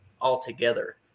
altogether